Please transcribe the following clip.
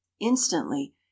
instantly